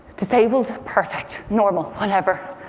disabled, perfect, normal, whatever